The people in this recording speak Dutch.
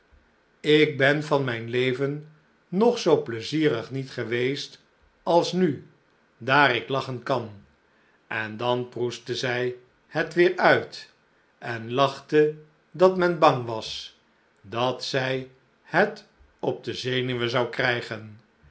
ik ben van mijn leven nog zoo pleizierig niet geweest als nu daar ik lagchen kan en dan proestte zij het weêr uit en lachte dat men bang was dat zij het op de zenuwen zou krijgen